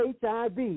HIV